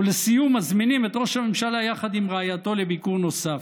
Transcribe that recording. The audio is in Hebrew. ולסיום מזמינים את ראש הממשלה יחד עם רעייתו לביקור נוסף.